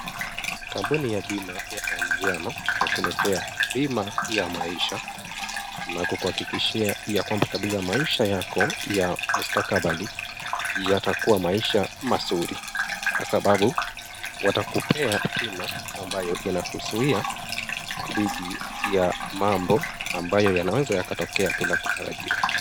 Kampuni ya bima ya Anziano yakuletea bima ya maisha na inayokuhakikishia ya kwamba kabisa maisha yako ya mustakabali yatakuwa maisha mazuri kwa sababu watakupea bima ambayo inakuzuia dhidi ya mambo ambayo yanaweza yakatokea bila kutarajiwa.